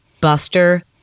Buster